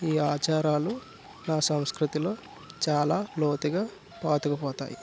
ఈ ఆచారాలు నా సంస్కృతిలో చాలా లోతుగా పాతుకుపోతాయి